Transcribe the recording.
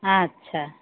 अच्छा